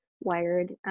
wired